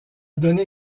donné